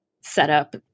setup